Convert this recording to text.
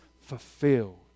fulfilled